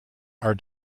are